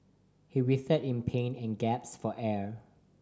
he writhed in pain and for air